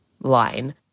line